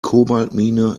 kobaltmine